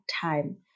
time